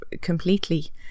completely